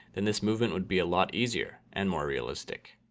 then this movement would be a lot easier and more realistic.